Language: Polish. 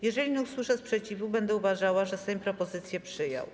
Jeżeli nie usłyszę sprzeciwu, będę uważała, że Sejm propozycję przyjął.